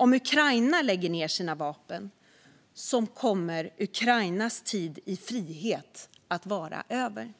Om Ukraina lägger ned sina vapen kommer Ukrainas tid i frihet att vara över.